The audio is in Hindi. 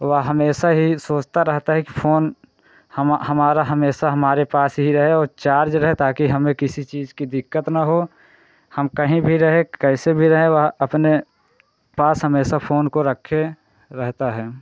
वह हमेशा यही सोचता रहता है कि फ़ोन हमा हमारा हमेशा हमारे पास ही रहे और चार्ज रहे ताकि हमें किसी चीज़ की दिक़्क़त ना हो हम कहीं भी रहे कैसे भी रहें वह अपने पास हमेशा फ़ोन को रखे रहता है